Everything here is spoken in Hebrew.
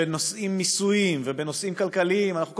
בנושאים מיסויים ובנושאים כלכליים אנחנו כל